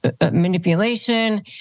manipulation